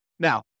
Now